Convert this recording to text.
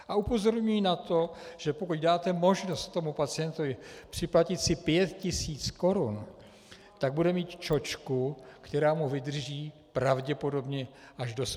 A upozorňuji na to, že pokud dáte možnost pacientovi připlatit si pět tisíc korun, tak bude mít čočku, která mu vydrží pravděpodobně až do smrti.